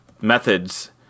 methods